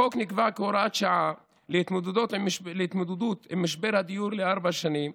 החוק נקבע כהוראת שעה לשם התמודדות עם משבר הדיור לארבע שנים,